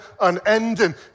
unending